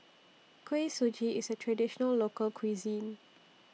Kuih Suji IS A Traditional Local Cuisine